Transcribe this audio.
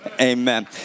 Amen